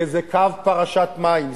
כי זה קו פרשת מים.